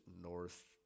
North